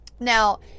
Now